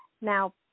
Now